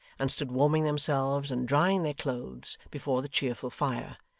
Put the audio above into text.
and stood warming themselves and drying their clothes before the cheerful fire,